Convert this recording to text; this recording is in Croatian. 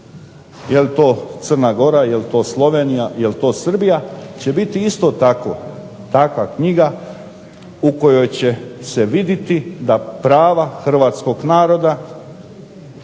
jel to Crna Gora, jel to Slovenija, jel to Srbija će biti ista takva knjiga u kojoj će se vidjeti da prava hrvatskog naroda